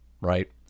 right